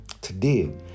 Today